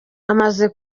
amaze